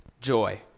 joy